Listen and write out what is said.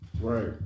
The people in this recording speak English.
Right